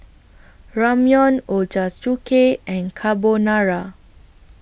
Ramyeon Ochazuke and Carbonara